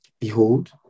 Behold